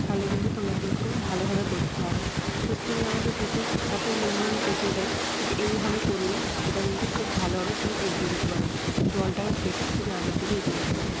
তাহলে কিন্তু তোমাকে একটু ভালোভাবে করতে হবে তো তিনি আমাকে কিছু হাতের মুভমেন্ট দেখিয়ে দেয় যে এইভাবে করলে এটা কিন্তু খুব ভালোভাবে তুমি এগিয়ে যেতে পারবে জলটাকে কেটে তুমি আগের দিকে এগিয়ে যেতে পারবে